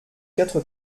quatre